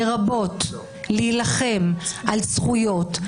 לרבות להילחם על זכויות,